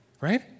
right